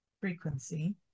frequency